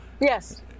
yes